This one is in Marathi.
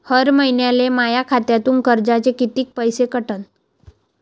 हर महिन्याले माह्या खात्यातून कर्जाचे कितीक पैसे कटन?